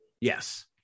Yes